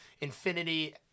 Infinity